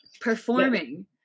performing